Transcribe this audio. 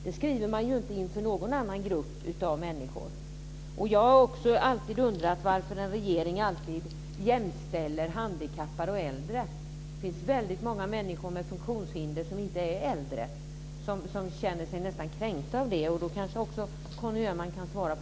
Så skriver man ju inte om någon annan grupp av människor. Dessutom har jag alltid undrat varför en regering jämställer handikappade och äldre. Det finns väldigt många människor med funktionshinder som inte är äldre, och som nästan känner sig kränkta av det. Det kanske också Conny Öhman kan svara på.